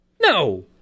No